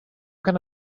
can